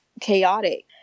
chaotic